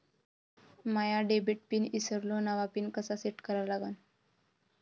माया debit pin ईसरलो, नवा pin कसा सेट करा लागन?